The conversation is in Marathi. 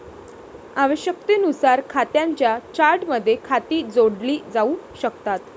आवश्यकतेनुसार खात्यांच्या चार्टमध्ये खाती जोडली जाऊ शकतात